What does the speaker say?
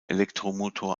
elektromotor